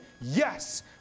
yes